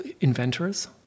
inventors